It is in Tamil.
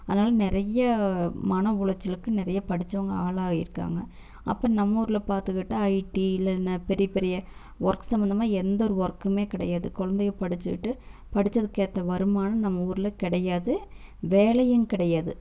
அதனால நிறைய மன உளைச்சலுக்கு நிறையா படிச்சவங்க ஆளாகியிருக்காங்க அப்போ நம்மூரில் பார்த்துகிட்டா ஐடி இல்லைனா பெரிய பெரிய ஒர்க் சம்மந்தமாக எந்தவொரு ஒர்க்கும் கிடையாது குழந்தைங்க படிச்சுட்டு படித்ததுக் கேற்ற வருமானம் நம்ம ஊரில் கிடையாது வேலையும் கிடையாது